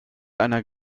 einer